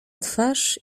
twarz